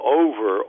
over